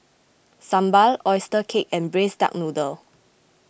Sambal Oyster Cake and Braised Duck Noodle